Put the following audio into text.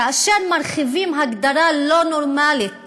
כאשר מרחיבים הגדרה לא נורמלית